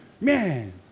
Man